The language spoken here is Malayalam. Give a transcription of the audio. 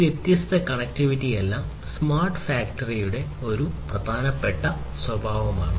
ഈ വ്യത്യസ്ത കണക്റ്റിവിറ്റിയെല്ലാം സ്മാർട്ട് ഫാക്ടറിയുടെ വളരെ പ്രധാനപ്പെട്ട സ്വഭാവമാണ്